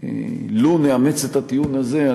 לו נאמץ את הטיעון הזה,